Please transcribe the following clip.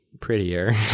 prettier